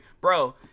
bro